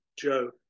Joe